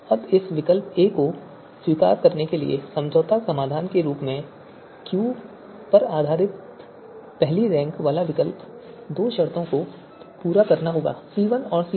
अब इस विकल्प a को स्वीकार करने के लिए समझौता समाधान के रूप में Q पर आधारित पहली रैंक वाला विकल्प दो शर्तों को पूरा करना होगा C1 और C2